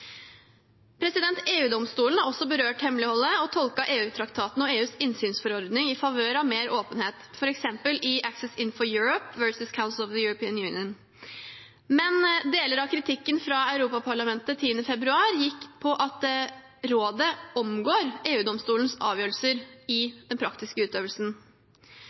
har også berørt hemmeligholdet og tolket EU-traktaten og EUs innsynsforordning i favør av mer åpenhet, f.eks. i Access Info Europe v. Council of the European Union. Men deler av kritikken fra Europaparlamentet 10. februar gikk på at Rådet omgår EU-domstolens avgjørelser i den praktiske utøvelsen.